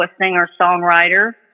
singer-songwriter